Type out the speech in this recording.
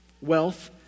wealth